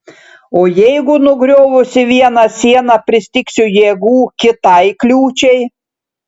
o jeigu nugriovusi vieną sieną pristigsiu jėgų kitai kliūčiai